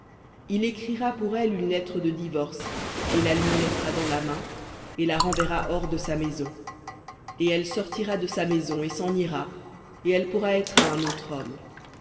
il écrira pour elle une lettre de divorce et la lui mettra dans la main et la renverra hors de sa maison et elle sortira de sa maison et s'en ira et elle pourra être à un autre homme